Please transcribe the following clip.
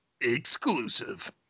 exclusive